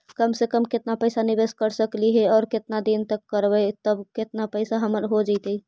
कम से कम केतना पैसा निबेस कर सकली हे और केतना दिन तक करबै तब केतना पैसा हमर हो जइतै?